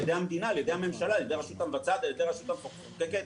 המדינה והממשלה, הרשות המבצעת והרשות המחוקקת.